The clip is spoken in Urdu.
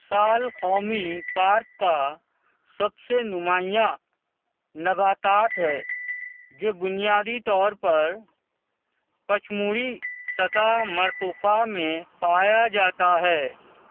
سال قومی پارک کا سب سے نمایاں نباتات ہے جو بنیادی طور پر پچ مُڑی سطح مرتُفا میں پایا جاتا ہے